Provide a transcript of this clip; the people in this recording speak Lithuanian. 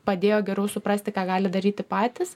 padėjo geriau suprasti ką gali daryti patys